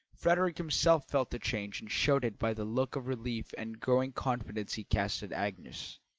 frederick himself felt the change and showed it by the look of relief and growing confidence he cast at agnes.